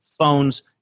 Phones